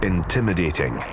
Intimidating